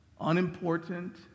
unimportant